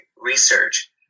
research